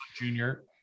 junior